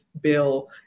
bill